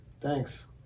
thanks